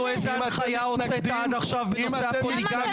אתה יכול לומר לנו איזו הנחיה הוצאת עד עכשיו בנושא הפוליגמיה?